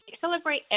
celebrate